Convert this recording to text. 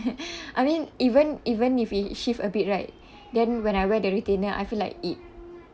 I mean even even if it shift a bit right then when I wear the retainer I feel like it